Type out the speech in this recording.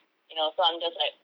you know so I'm just like